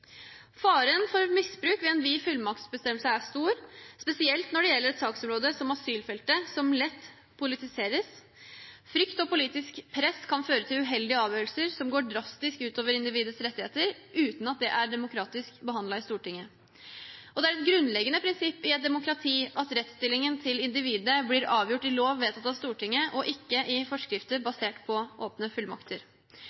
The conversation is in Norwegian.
Faren for misbruk ved en vid fullmaktsbestemmelse er stor, spesielt når det gjelder et saksområde som asylfeltet, som lett politiseres. Frykt og politisk press kan føre til uheldige avgjørelser som går drastisk ut over individets rettigheter, uten at det er demokratisk behandlet i Stortinget. Det er et grunnleggende prinsipp i et demokrati at rettsstillingen til individene blir avgjort i lov vedtatt av Stortinget, ikke i forskrifter